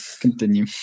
continue